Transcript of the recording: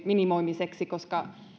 minimoimiseksi koska